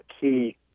key